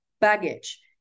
baggage